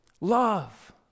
love